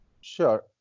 Sure